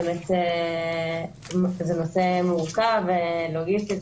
זה באמת נושא מורכב לוגיסטית,